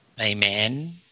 Amen